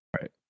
Right